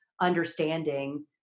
understanding